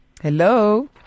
Hello